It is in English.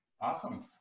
Awesome